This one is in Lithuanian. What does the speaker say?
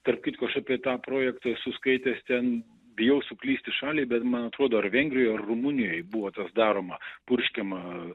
tarp kitko aš apie tą projektą esu skaitęs ten bijau suklysti šalį bet man atrodo ar vengrijoj rumunijoj buvo tas daroma purškiama